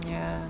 ya